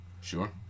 Sure